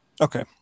Okay